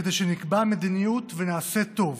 כדי שנקבע מדיניות ונעשה טוב,